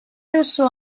duzu